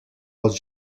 als